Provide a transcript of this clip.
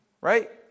Right